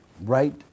right